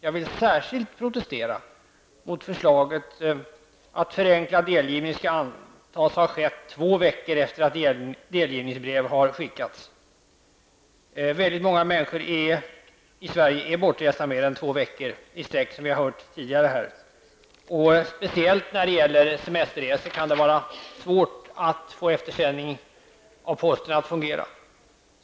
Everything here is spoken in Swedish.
Jag vill särskilt protestera mot förslaget att förenklad delgivning skall antas ha skett två veckor efter det att delgivningsbrev har skickats. Många människor i Sverige är bortresta mer än två veckor i sträck, vilket vi har hört tidigare här. Särskilt när det gäller semesterresor kan det vara svårt att få eftersändning av posten att fungera.